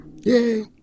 Yay